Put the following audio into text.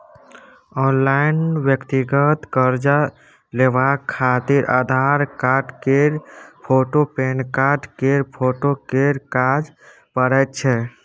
online व्यक्तिगत कर्जा लेबाक खातिर आधार कार्ड केर फोटु, पेनकार्ड केर फोटो केर काज परैत छै